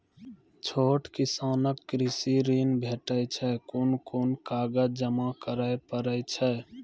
छोट किसानक कृषि ॠण भेटै छै? कून कून कागज जमा करे पड़े छै?